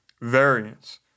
variance